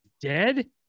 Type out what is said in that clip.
dead